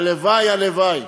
הלוואי, הלוואי.